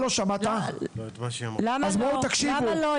למה לא?